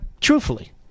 truthfully